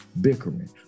bickering